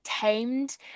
tamed